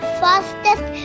fastest